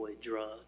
drug